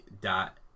dot